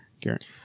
Garrett